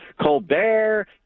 Colbert